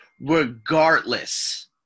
regardless